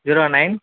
zero nine